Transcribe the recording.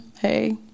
Hey